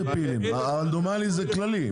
הרנדומלי זה כללי.